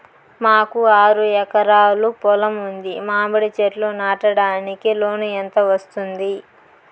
మాకు ఆరు ఎకరాలు పొలం ఉంది, మామిడి చెట్లు నాటడానికి లోను ఎంత వస్తుంది?